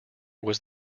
was